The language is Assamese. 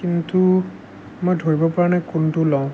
কিন্তু মই ধৰিব পৰা নাই কোনটো লওঁ